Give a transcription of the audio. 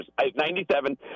97